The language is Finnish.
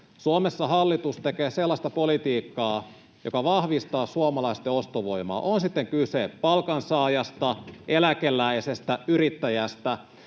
Suomessa hallitus tekee sellaista politiikkaa, joka vahvistaa suomalaisten ostovoimaa — on sitten kyse palkansaajasta, eläkeläisestä, yrittäjästä